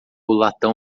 latão